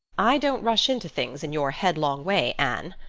i don't rush into things in your headlong way anne.